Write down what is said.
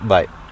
Bye